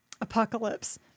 apocalypse